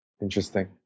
Interesting